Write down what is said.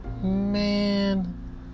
Man